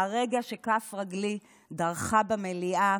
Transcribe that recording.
מהרגע שכף רגלי דרכה במליאה,